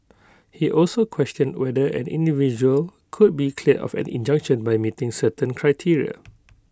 he also questioned whether an individual could be cleared of an injunction by meeting certain criteria